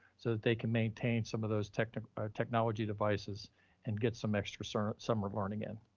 so that they can maintain some of those technical technology devices and get some extra cerner summer learning in,